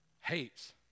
hates